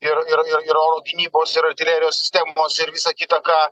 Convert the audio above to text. ir ir oro gynybos ir artilerijos sistemos ir visa kita ką